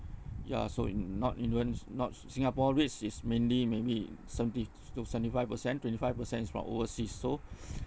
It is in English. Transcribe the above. ya so not influence not sing~ singapore REITs is mainly maybe seventy to seventy five percent twenty five percent is from overseas so